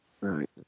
right